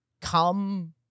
come